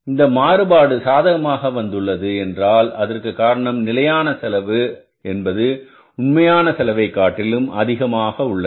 இந்த மாறுபாடு சாதகமாக வந்துள்ளது என்றால் அதற்கு காரணம் நிலையான செலவு என்பது உண்மையான செலவை காட்டிலும் அதிகமாக உள்ளது